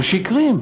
שקריים.